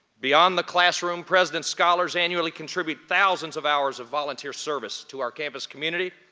beyond the classroom president's scholars annually, contribute thousands of hours of volunteer service to our campus community.